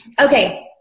Okay